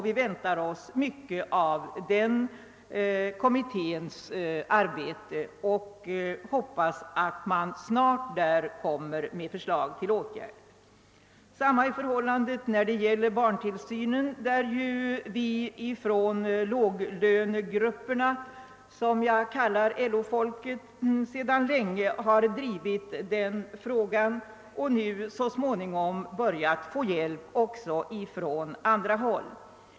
Vi väntar oss mycket av dess arbete och hoppas att den snart framlägger ett förslag till åtgärder. Också när det gäller barntillsynen har vi — jag syftar närmast på låglönegrupperna, som jag kallar LO-folket — sedan länge drivit på. Under senare tid har vi även börjat få hjälp från andra håll.